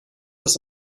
das